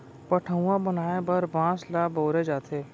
पठअउवा बनाए बर बांस ल बउरे जाथे